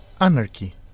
anarchy